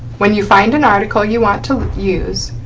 when you find an article you want to use,